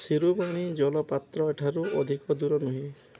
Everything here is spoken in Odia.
ସିରୁବାଣୀ ଜଳପ୍ରପାତ ଏଠାରୁ ଅଧିକ ଦୂର ନୁହେଁ